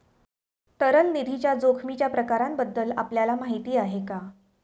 तरल निधीच्या जोखमीच्या प्रकारांबद्दल आपल्याला माहिती आहे का?